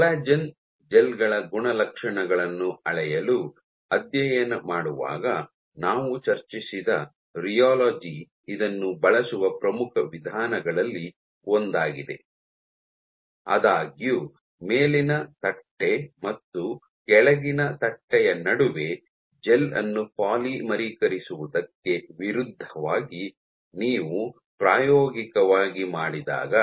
collagen gel ಗಳ ಗುಣಲಕ್ಷಣಗಳನ್ನು ಅಳೆಯಲು ಅಧ್ಯಯನ ಮಾಡುವಾಗ ನಾವು ಚರ್ಚಿಸಿದ ರಿಯಾಲೊಜಿ ಇದನ್ನು ಬಳಸುವ ಪ್ರಮುಖ ವಿಧಾನಗಳಲ್ಲಿ ಒಂದಾಗಿದೆ ಆದಾಗ್ಯೂ ಮೇಲಿನ ತಟ್ಟೆ ಮತ್ತು ಕೆಳಗಿನ ತಟ್ಟೆಯ ನಡುವೆ ಜೆಲ್ ಅನ್ನು ಪಾಲಿಮರೀಕರಿಸುವುದಕ್ಕೆ ವಿರುದ್ಧವಾಗಿ ನೀವು ಪ್ರಾಯೋಗಿಕವಾಗಿ ಮಾಡಿದಾಗ